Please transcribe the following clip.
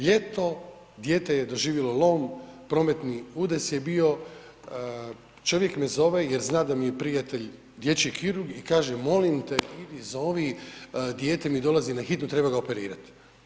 Ljeto, dijete je doživjelo lom, prometni udes je bio, čovjek me zove jer zna da mi je prijatelj dječji kirurg i kaže molim te idi zovi dijete mi dolazi na hitnu, treba ga operirat.